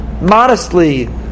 modestly